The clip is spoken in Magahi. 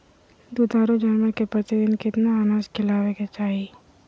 दुधारू जानवर के प्रतिदिन कितना अनाज खिलावे के चाही?